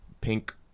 pink